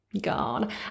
God